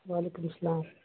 وعلیکم السلام